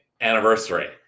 anniversary